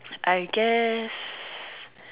I guess